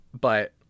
but-